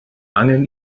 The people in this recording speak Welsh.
angen